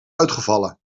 uitgevallen